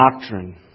Doctrine